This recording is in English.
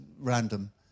random